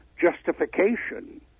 justification